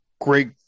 great